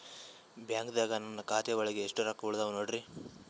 ಬ್ಯಾಂಕ್ದಾಗ ನನ್ ಖಾತೆ ಒಳಗೆ ಎಷ್ಟ್ ರೊಕ್ಕ ಉಳದಾವ ನೋಡ್ರಿ?